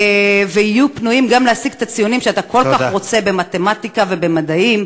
ויהיו פנויים גם להשיג את הציונים שאתה כל כך רוצה במתמטיקה ובמדעים.